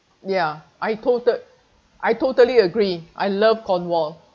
ya I total I totally agree I love cornwall